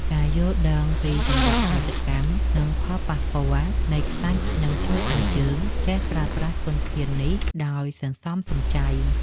ការយល់ដឹងពីសង្វាក់ផលិតកម្ម និង ផលប៉ះពាល់នៃខ្សាច់នឹងជួយឱ្យយើងចេះប្រើប្រាស់ធនធាននេះដោយសន្សំសំចៃ។